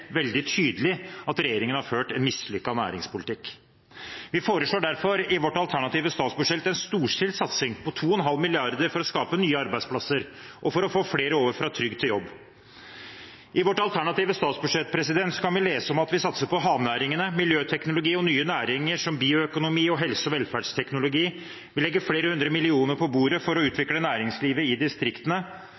veldig tydelig at regjeringen har ført en mislykket næringspolitikk. Vi foreslår derfor i vårt alternative statsbudsjett en storstilt satsing på 2,5 mrd. kr for å skape nye arbeidsplasser og for å få flere over fra trygd til jobb. I vårt alternative statsbudsjett kan vi lese om at vi satser på havnæringene, miljøteknologi og nye næringer som bioøkonomi og helse- og velferdsteknologi. Vi legger flere hundre millioner på bordet for å utvikle næringslivet i distriktene.